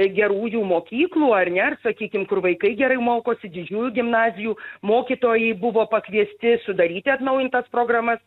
gerųjų mokyklų ar ne ar sakykim kur vaikai gerai mokosi didžiųjų gimnazijų mokytojai buvo pakviesti sudaryti atnaujintas programas